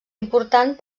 important